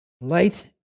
light